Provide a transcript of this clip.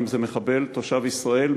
אם זה מחבל תושב ישראל,